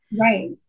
Right